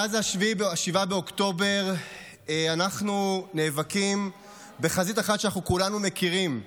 מאז 7 באוקטובר אנחנו נאבקים בחזית אחת שאנחנו כולנו מכירים,